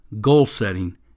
goal-setting